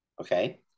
Okay